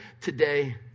today